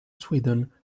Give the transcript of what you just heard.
sweden